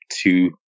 two